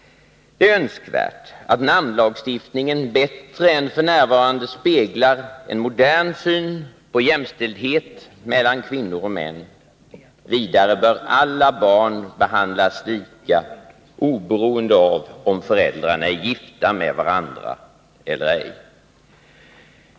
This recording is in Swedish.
Det är önskvärt att namnlagstiftningen bättre än f. n. speglar en modern syn på jämställdhet mellan kvinnor och män. Vidare bör alla barn behandlas lika, oberoende av om föräldrarna är gifta med varandra eller ej.